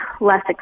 less